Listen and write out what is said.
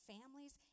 families